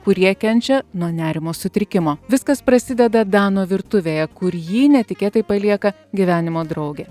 kurie kenčia nuo nerimo sutrikimo viskas prasideda dano virtuvėje kur jį netikėtai palieka gyvenimo drauge